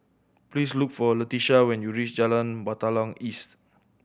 please look for Leticia when you reach Jalan Batalong East